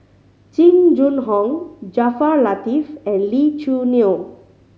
Jing Jun Hong Jaafar Latiff and Lee Choo Neo